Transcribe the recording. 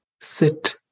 sit